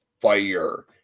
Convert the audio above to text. fire